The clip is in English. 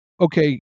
okay